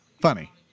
Funny